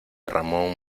ramón